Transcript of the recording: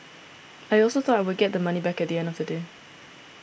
I also thought I would get the money back at the end of the day